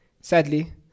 Sadly